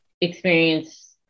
experience